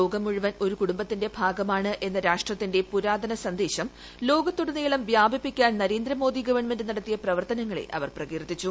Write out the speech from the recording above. ലോകം മുഴുവൻ ഒരു കുടുംബത്തിന്റെ ഭാഗമാണ് എന്ന രാഷ്ട്രത്തിന്റെ പുരാതന സന്ദേശം ലോകത്തുടനീളം വ്യാപിപ്പിക്കാൻ നരേന്ദ്രമോദി ഗവൺമെന്റ് നടത്തിയ പ്രവർത്തനങ്ങളെ അവർ പ്രകീർത്തിച്ചു